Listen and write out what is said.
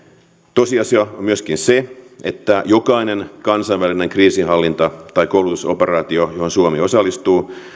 tosiasia on myöskin se että jokainen kansainvälinen kriisinhallinta tai koulutusoperaatio johon suomi osallistuu